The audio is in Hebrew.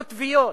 קוטביות,